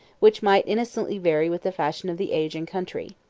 which might innocently vary with the fashion of the age and country.